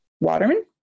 Waterman